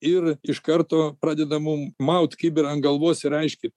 ir iš karto pradeda mum maut kibirą ant galvos ir aiškint